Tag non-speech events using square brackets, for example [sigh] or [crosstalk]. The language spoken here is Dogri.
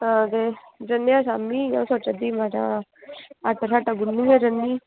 हां ते जन्ने आं शामीं [unintelligible] सोचा दी ही में हां आटा शाटा गुन्नियै जन्नी